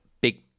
big